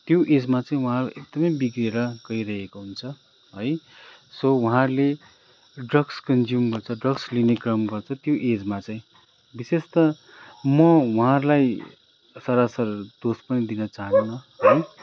त्यो एजमा चाहिँ उहाँहरू एकदमै बिग्रिएर गइरहेको हुन्छ है सो उहाँहरूले ड्रग्स कन्ज्युम गर्छ ड्रग्स लिने क्रम गर्छ त्यो एजमा चाहिँ विशेष त म उहाँहरूलाई सरासर दोष पनि दिन चाहान्नँ है